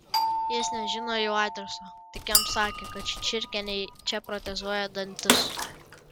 jis nežino jų adreso tik jam sakė kad čičirkienei čia protezuoja dantis